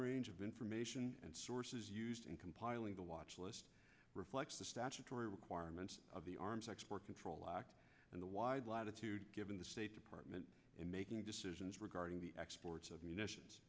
range of information and sources and compiling the watchlist reflects the statutory requirements of the arms export control act and the wide latitude given the state department in making decisions regarding the exports of munitions